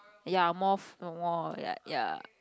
ya more more like ya